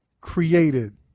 created